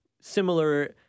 similar